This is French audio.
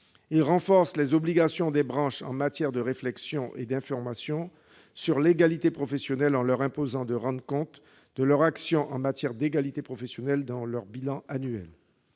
renforce ensuite les obligations des branches en matière de réflexion et d'information sur l'égalité professionnelle, en leur imposant de rendre compte de leur action en matière d'égalité professionnelle dans leur bilan annuel.